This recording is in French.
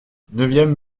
neuvième